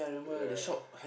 ya